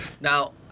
Now